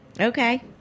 Okay